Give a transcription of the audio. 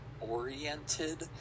oriented